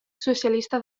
socialista